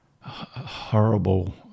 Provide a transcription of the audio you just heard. horrible